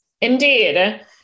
indeed